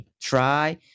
Try